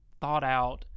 thought-out